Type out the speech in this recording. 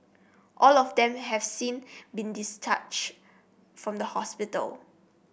all of them have seen been discharged from the hospital